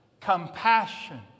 compassion